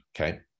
Okay